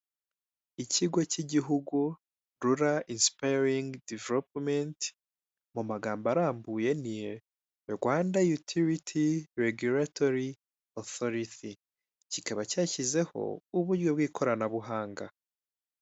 Ikigo cy'igihugu rura insipiringi developumenti, mu magambo arambuye ni Rwanda yutiliti regulatori otoriti kikaba cyashyizeho uburyo bw'ikoranabuhanga.